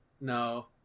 No